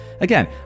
Again